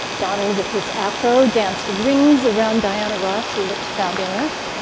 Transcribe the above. donald with his afro danced rings around diana ross. he looked fabulous.